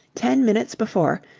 ten minutes before,